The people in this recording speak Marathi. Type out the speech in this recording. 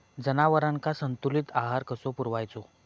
जनावरांका संतुलित आहार कसो पुरवायचो?